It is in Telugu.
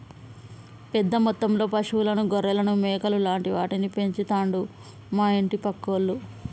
పెద్ద మొత్తంలో పశువులను గొర్రెలను మేకలు లాంటి వాటిని పెంచుతండు మా ఇంటి పక్కోళ్లు